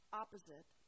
opposite